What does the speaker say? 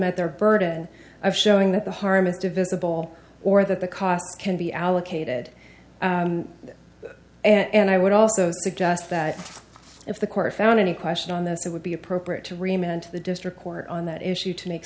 met their burden of showing that the harm is divisible or that the costs can be allocated and i would also suggest that if the court found any question on this it would be appropriate to remain to the district court on that issue to make